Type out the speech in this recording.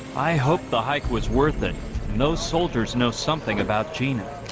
i hope the hike was worth it no soldiers know something about gina